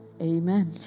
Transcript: Amen